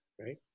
right